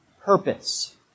purpose